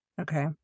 Okay